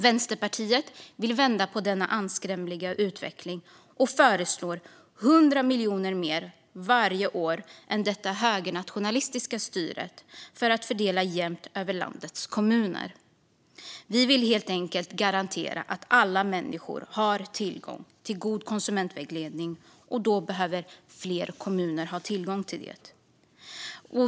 Vänsterpartiet vill vända denna anskrämliga utveckling och föreslår 100 miljoner mer varje år än vad det högernationalistiska styret gör, jämnt fördelat mellan landets kommuner. Vi vill garantera att alla människor har tillgång till god konsumentvägledning, och då behöver fler kommuner ha tillgång till det.